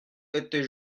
était